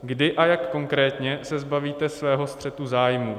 Kdy a jak konkrétně se zbavíte svého střetu zájmů?